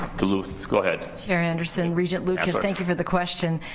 duluth go ahead. chair anderson, regent lucas thank you for the question.